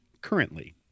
currently